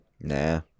Nah